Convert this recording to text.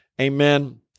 amen